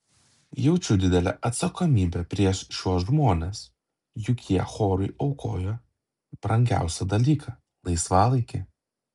jaučiu didelę atsakomybę prieš šiuos žmones juk jie chorui aukoja brangiausią dalyką laisvalaikį